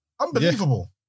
Unbelievable